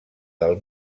del